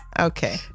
okay